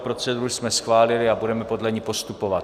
Proceduru jsme schválili a budeme podle ní postupovat.